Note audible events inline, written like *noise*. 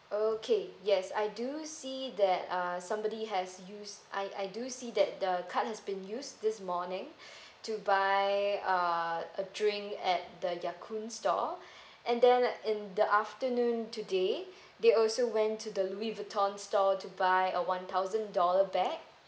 okay yes I do see that uh somebody has used I I do see that the card has been used this morning *breath* to buy uh a drink at the yakun store *breath* and then in the afternoon today they also went to the louis vuitton store to buy a one thousand dollar bag